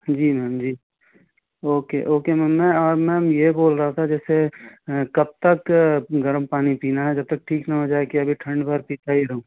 जी ma'am जी okay okay ma'am और ma'am यह बोल रहा था जैसे कब तक गरम पानी पीना है जब तक ठीक न हो जाए की या ठंड भर पीता ही रहूँ